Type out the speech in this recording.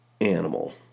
animal